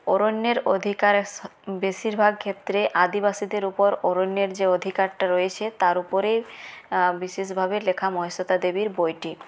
অরণ্যের অধিকার বেশিরভাগ ক্ষেত্রে আদিবাসীদের ওপর অরণ্যের যে অধিকারটা রয়েছে তার ওপরে বিশেষভাবে লেখা মহাশ্বেতা দেবীর বইটি